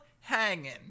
hanging